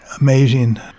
Amazing